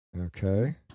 okay